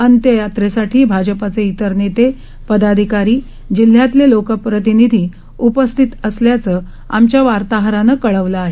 अंत्यया ट्रेसाठीभाजपाचे इतरनेते पदाधिकारी जिल्ह्यातलेलोकप्रतिनिधीउपस्थितअसल्याचंआमच्यावार्ताहरानंकळवलंआहे